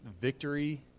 victory